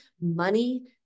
money